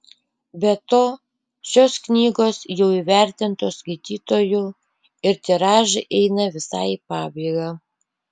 be to šios knygos jau įvertintos skaitytojų ir tiražai eina visai į pabaigą